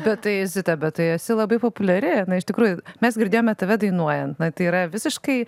bet tai zita bet tai esi labai populiari na iš tikrųjų mes girdėjome tave dainuojant na tai yra visiškai